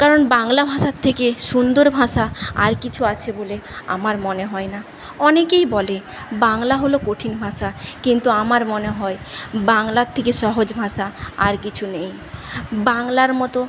কারণ বাংলা ভাষার থেকে সুন্দর ভাষা আর কিছু আছে বলে আমার মনে হয় না অনেকেই বলে বাংলা হল কঠিন ভাষা কিন্তু আমার মনে হয় বাংলার থেকে সহজ ভাষা আর কিছু নেই বাংলার মতো